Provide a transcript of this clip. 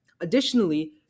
Additionally